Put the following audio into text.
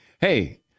Hey